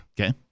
Okay